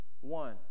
One